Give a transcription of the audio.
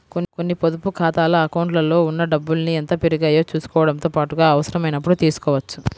కొన్ని పొదుపు ఖాతాల అకౌంట్లలో ఉన్న డబ్బుల్ని ఎంత పెరిగాయో చూసుకోవడంతో పాటుగా అవసరమైనప్పుడు తీసుకోవచ్చు